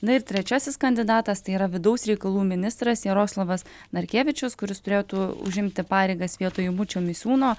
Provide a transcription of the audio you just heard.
na ir trečiasis kandidatas tai yra vidaus reikalų ministras jaroslavas narkevičius kuris turėtų užimti pareigas vietoj bučio misiūno